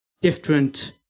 different